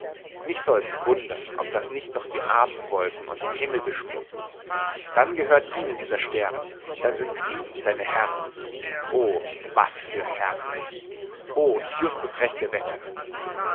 mich soll's wundern ob das nicht noch die abendwolken und den himmel beschmutzt dann gehört ihnen dieser stern dann sind sie seine herrn o was für herren o s ist just das rechte wetter